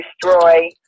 destroy